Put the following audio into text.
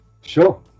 Sure